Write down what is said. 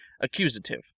Accusative